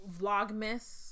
Vlogmas